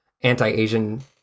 anti-Asian